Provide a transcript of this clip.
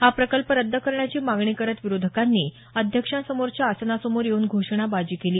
हा प्रकल्प रद्द करण्याची मागणी करत विरोधकांनी अध्यक्षांसमोरच्या आसनासमोर येऊन घोषणाबाजी केली